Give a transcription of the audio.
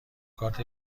کارت